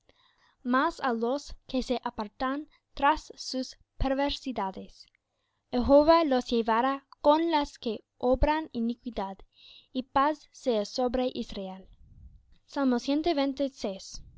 mas á los que se apartan tras sus perversidades jehová los llevará con los que obran iniquidad y paz sea sobre israel